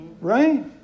right